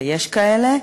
ויש כאלה,